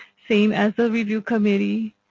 same as the review committee,